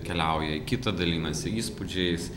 keliauja į kitą dalinasi įspūdžiais